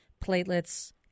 platelets